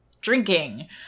drinking